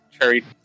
cherry